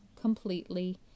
completely